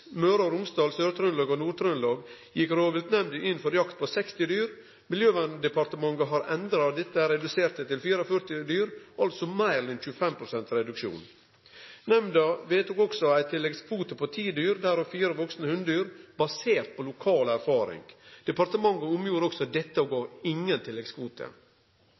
Møre og Romsdal, Sør-Trøndelag og Nord-Trøndelag, gjekk Rovviltnemnda inn for ei jakt på 60 dyr. Miljøverndepartementet har endra dette og redusert det til 44 dyr – altså meir enn 25 pst. reduksjon. Nemnda vedtok også ein tilleggskvote på ti dyr, av dei fire vaksne hodyr, basert på lokal erfaring. Departementet omgjorde også dette og gav ingen tilleggskvote.